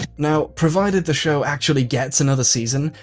now, provided the show actually get's another season,